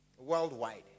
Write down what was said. worldwide